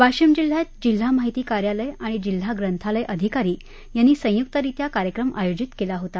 वाशिम जिल्ह्यात जिल्हा माहिती कार्यालय आणि जिल्हा ग्रंथालय अधिकारी यांनी संयुक्तरित्या कार्यक्रम आयोजित केला होता